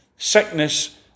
sickness